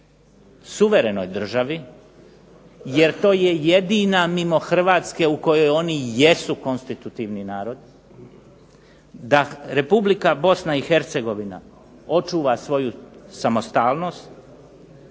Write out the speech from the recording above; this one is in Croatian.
suverenoj državi jer to je jedina mimo Hrvatske u kojoj oni jesu konstitutivni narod, da Republika Bosna i Hercegovina očuva svoju samostalnost